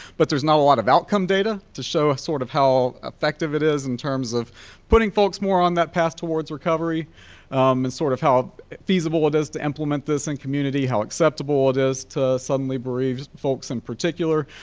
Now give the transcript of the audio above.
but there's not a lot of outcome data to show us ah sort of how effective it is in terms of putting folks more on that path towards recovery and sort of how feasible it is to implement this in community, how acceptable it is to suddenly bereaved folks in particular.